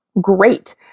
great